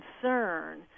concern